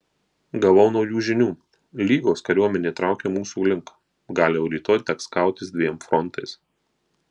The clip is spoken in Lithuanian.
gavau naujų žinių lygos kariuomenė traukia mūsų link gal jau rytoj teks kautis dviem frontais